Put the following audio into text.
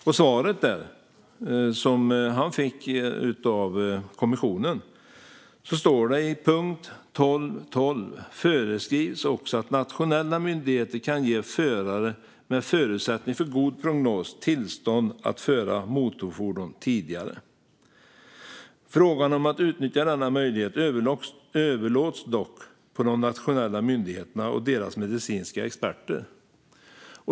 I svaret som han fick av kommissionen står det: I punkt 12.12 föreskrivs också att nationella myndigheter kan ge förare med förutsättningar för en god prognos tillstånd att föra motorfordon tidigare. Frågan om att utnyttja denna möjlighet överlåts dock på de nationella myndigheterna och deras medicinska experter.